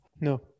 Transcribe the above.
no